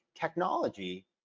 Technology